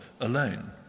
alone